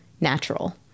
natural